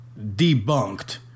debunked